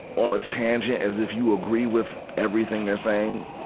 on a tangent, as if you agree with everything they're saying?